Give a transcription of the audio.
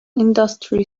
industry